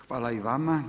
Hvala i vama.